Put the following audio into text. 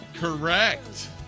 Correct